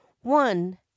one